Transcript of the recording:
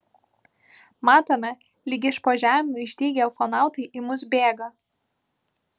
matome lyg iš po žemių išdygę ufonautai į mus bėga